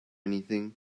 anything